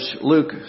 Luke